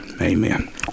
Amen